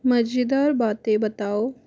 मज़ेदार बातें बताओ